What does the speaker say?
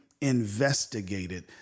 investigated